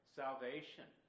salvation